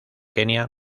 kenia